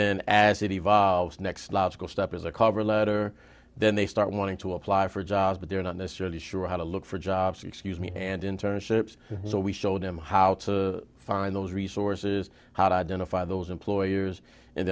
then as it evolves next logical step is a cover letter then they start wanting to apply for jobs but they're not necessarily sure how to look for jobs excuse me and internships so we showed him how to find those resources how to identify those employers and